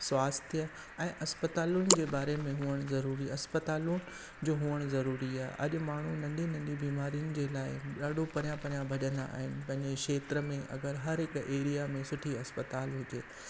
स्वास्थ्य ऐं इस्पतालुनि जे बारे में हुअणु ज़रूरी आहे इस्पतालियूं जो हुअणु ज़रूरी आहे अॼु माण्हू नंढी नंढी बीमारियुनि जे लाइ ॾाढो परियां परियां भॼंदा आहिनि पंहिंजे खेत्र में अगरि हर हिकु एरिया में सुठी इस्पतालि हुजे